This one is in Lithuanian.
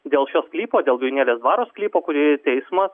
dėl šio sklypo dėl vijūnėlės dvaro sklypo kurį teismas